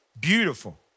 Beautiful